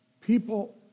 people